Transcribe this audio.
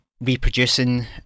reproducing